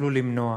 יוכלו למנוע.